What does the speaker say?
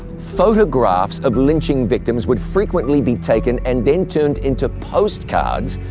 photographs of lynching victims would frequently be taken and then turned into postcards,